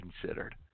considered